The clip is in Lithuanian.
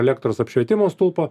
elektros apšvietimo stulpo